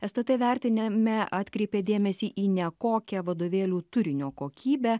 stt vertineme atkreipė dėmesį į nekokią vadovėlių turinio kokybę